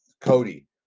Cody